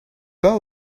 pas